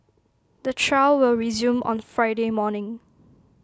the trial will resume on Friday morning